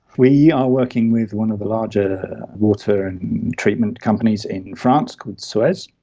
we are working with one of the larger water treatment companies in france called suez,